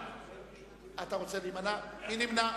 נציבות שוויון